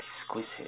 exquisite